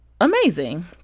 amazing